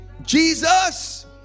Jesus